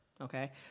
Okay